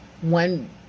one